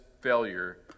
failure